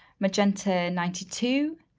magenta ninety two,